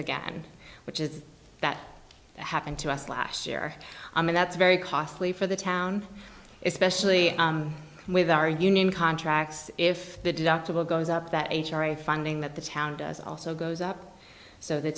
again which is that happened to us last year and that's very costly for the town especially with our union contracts if the deductible goes up that h r a funding that the town does also goes up so the